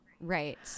Right